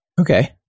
Okay